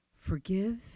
forgive